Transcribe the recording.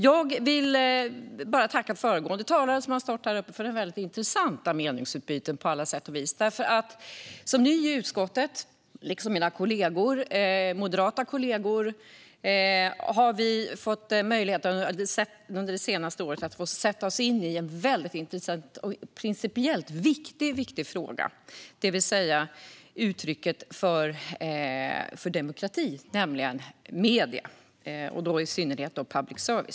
Jag vill tacka föregående talare här för intressanta meningsutbyten på alla sätt och vis. Jag som är ny i utskottet och mina moderata kollegor har under det senaste året fått möjlighet att sätta oss in i en intressant och principiellt viktig fråga, nämligen medierna och i synnerhet public service som ett uttryck för demokrati.